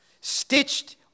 stitched